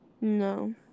No